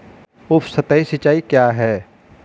उपसतही सिंचाई क्या है?